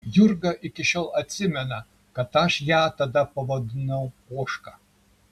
jurga iki šiol atsimena kad aš ją tada pavadinau ožka